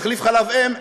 על תחליף חלב אם,